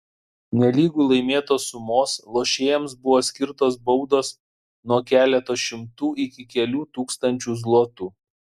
nelygu laimėtos sumos lošėjams buvo skirtos baudos nuo keleto šimtų iki kelių tūkstančių zlotų